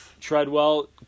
Treadwell